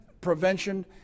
prevention